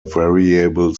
variable